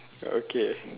okay